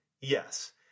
Yes